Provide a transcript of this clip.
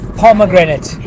Pomegranate